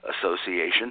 Association